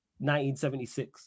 1976